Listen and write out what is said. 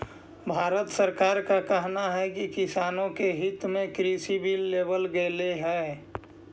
भारत सरकार का कहना है कि किसानों के हित में कृषि बिल लेवल गेलई हे